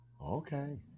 Okay